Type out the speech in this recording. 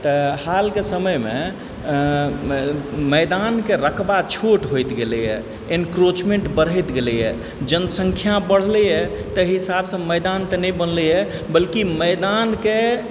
तऽ हालके समयमे मैदानक रकबा छोट होएत गेलै हँ एन्क्रोचमेन्ट बढ़ैत गेलै हँ जनसंख्या बढ़लै हँ ताहि हिसाबसँ मैदान तऽ नहि बनलै हँ बल्कि मैदानकें